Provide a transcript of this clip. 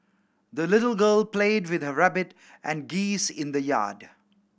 the little girl played with her rabbit and geese in the yard